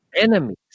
enemies